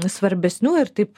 svarbesnių ir taip